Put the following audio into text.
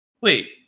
Wait